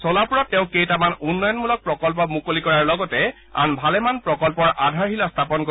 ছলাপুৰত তেওঁ কেইটামান উন্নয়ন প্ৰকল্প মুকলি কৰাৰ লগতে আন ভালেমান প্ৰকল্পৰ আধাৰশিলা স্থাপন কৰিব